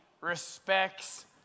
respects